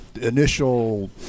initial